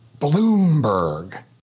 Bloomberg